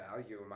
value